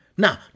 Now